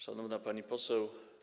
Szanowna Pani Poseł!